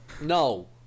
No